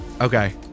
Okay